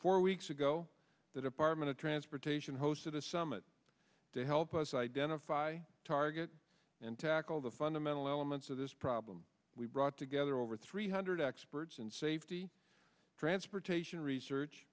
four weeks ago the department of transportation hosted a summit to help us identify target and tackle the fundamental elements of this problem we brought together over three hundred experts in safety transportation research